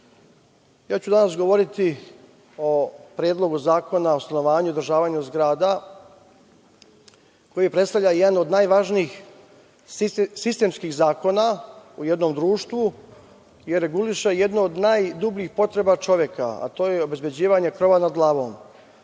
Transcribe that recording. gosti, danas ću govoriti o Ppredlogu zakona o stanovanju i održavanju zgrada koji predstavlja jedan od najvažnijih sistemski zakona u jednom društvu, jer reguliše jednu od najdubljih potreba čoveka, a to je obezbeđivanje krova nad glavom.